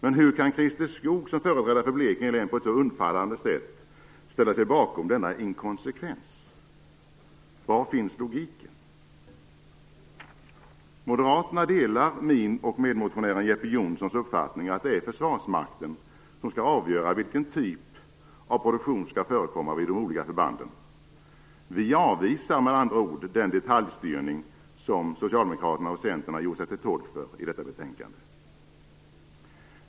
Men hur kan Christer Skoog i sin egenskap av företrädare för Blekinge län så undfallande ställa sig bakom denna inkonsekvens? Var finns logiken? Moderaterna delar min och medmotionären Jeppe Johnssons uppfattning att det är Försvarsmakten som skall avgöra vilken typ av produktion som skall förekomma vid de olika förbanden. Vi avvisar med andra ord den detaljstyrning som Socialdemokraterna och Centern i detta betänkande gör sig till tolk för.